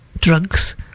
drugs